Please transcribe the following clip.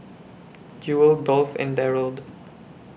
Jewel Dolph and Darold